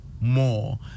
more